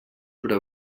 però